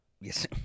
Yes